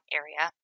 area